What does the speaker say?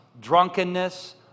drunkenness